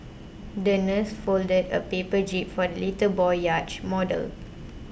the nurse folded a paper jib for the little boy yacht model